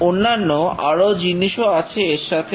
অন্যান্য আরো জিনিসও আছে এর সাথে